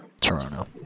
Toronto